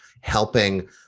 helping